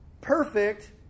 perfect